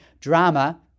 drama